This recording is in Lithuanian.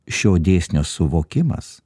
šio dėsnio suvokimas